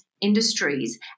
industries